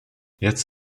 jetzt